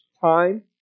time